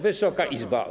Wysoka Izbo!